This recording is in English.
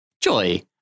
Joy